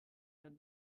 der